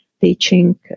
teaching